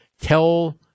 tell